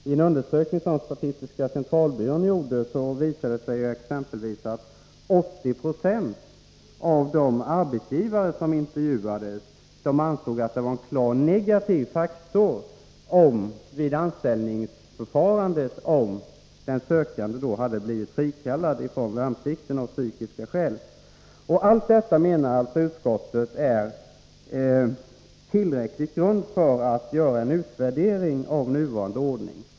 I en undersökning som statistiska centralbyrån gjorde visade det sig exempelvis att 80 20 av de arbetsgivare som intervjuades ansåg att det vid anställningsförfarandet var en klar negativ faktor om den sökande hade blivit frikallad från värnplikten av psykiska skäl. Utskottet menar att allt detta är tillräcklig grund för att göra en utvärdering av nuvarande ordning.